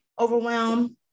Overwhelm